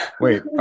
Wait